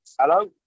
Hello